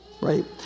right